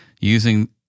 using